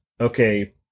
okay